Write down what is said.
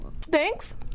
thanks